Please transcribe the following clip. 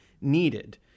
needed